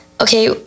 okay